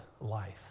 life